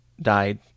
died